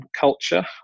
culture